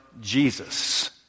Jesus